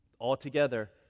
Altogether